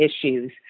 issues